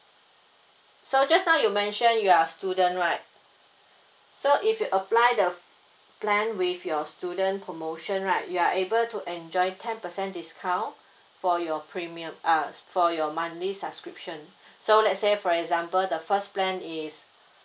so just now you mention you are a student right so if you apply the plan with your student promotion right you are able to enjoy ten percent discount for your premium uh for your monthly subscription so let's say for example the first plan is